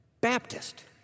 Baptist